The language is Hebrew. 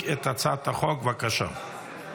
(תיקון